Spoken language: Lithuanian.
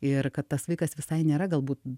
ir kad tas vaikas visai nėra galbūt